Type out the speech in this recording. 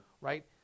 Right